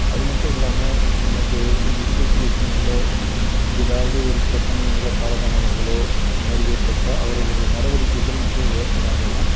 அதுமட்டும் இல்லாமல் நமக்கு இருக்கக்கூடிய சூழ்நிலை ஏதாவது ஒரு சில சமயங்களில் காலத்தாமதங்களோ இந்த மாதிரி ஏற்பட்டால் அவர்களுடைய நடவடிக்கைகள் மிக வேகமாகவும்